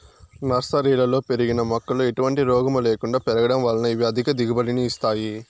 నర్సరీలలో పెరిగిన మొక్కలు ఎటువంటి రోగము లేకుండా పెరగడం వలన ఇవి అధిక దిగుబడిని ఇస్తాయి